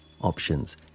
options